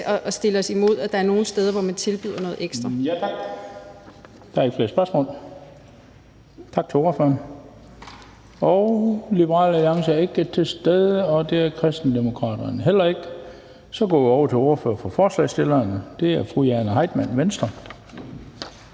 at være imod, at der er nogle steder, hvor man tilbyder noget ekstra. Kl. 13:30 Den fg. formand (Bent Bøgsted): Tak. Der er ikke flere spørgsmål. Tak til ordføreren. Liberal Alliance er ikke til stede, og det er Kristendemokraterne heller ikke. Så går vi over til ordføreren for forslagsstillerne, og det er fru Jane Heitmann, Venstre.